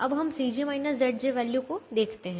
अब हम वैल्यू को देखते हैं